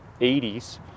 80s